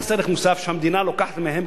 מס ערך מוסף שהמדינה לוקחת מהם,